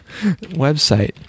website